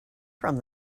from